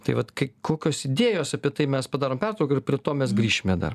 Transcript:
tai vat kai kokios idėjos apie tai mes padarom pertrauką ir prie to mes grįšime dar